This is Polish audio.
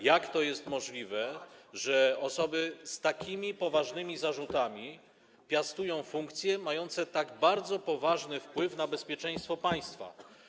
Jak to jest możliwe, że osoby z tak poważnymi zarzutami piastują funkcje mające tak bardzo poważny wpływ na bezpieczeństwo państwa?